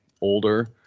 older